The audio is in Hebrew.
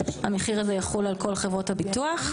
המחיר הזה יחול על כל חברות הביטוח.